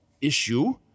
issue